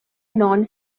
non